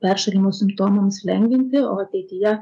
peršalimo simptomams lengvinti o ateityje